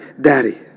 Daddy